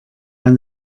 and